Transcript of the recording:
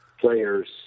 players